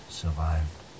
survived